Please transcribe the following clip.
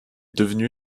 devenue